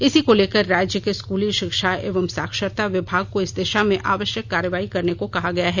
इसी को लेकर राज्य के स्कूली शिक्षा एवं साक्षरता विभाग को इस दिशा में आवश्यक कार्रवाई करने को कहा गया है